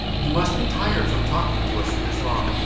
you must be tired from talking to us for this long.